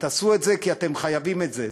תעשו את זה כי אתם חייבים את זה.